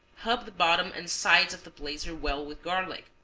hub the bottom and sides of the blazer well with garlic,